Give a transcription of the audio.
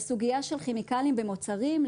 בסוגייה של כימיקלים במוצרים,